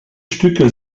stücke